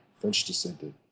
French-descended